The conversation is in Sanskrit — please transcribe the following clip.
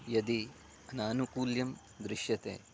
यदि अनानुकूल्यं दृश्यते